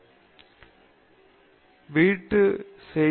frontal பற்றி அவர்கள் பேசுவதைப்போல எல்லோரும் என்னைப் பற்றி பேசலாமா